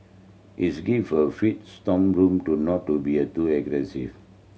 is give for free room to not to be a too aggressive